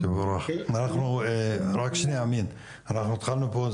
אנחנו התחלנו פה,